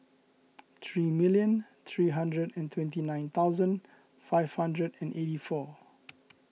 three million three hundred and twenty nine thousand five hundred and eighty four